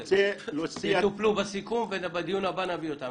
יטופלו בסיכום ובדיון הבא נביא אותם.